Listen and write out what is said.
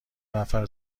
نفر